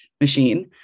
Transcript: machine